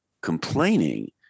complaining